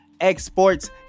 exports